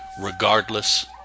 regardless